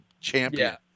champion